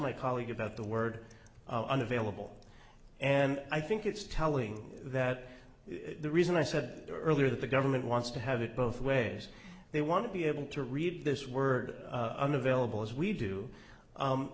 my colleague about the word unavailable and i think it's telling that the reason i said earlier that the government wants to have it both ways they want to be able to read this word unavailable as we do